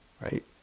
right